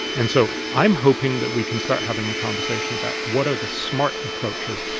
and so i'm hoping that we can start having a conversation about what are the smart approaches.